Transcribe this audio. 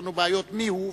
מיהו,